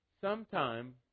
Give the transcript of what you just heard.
Sometime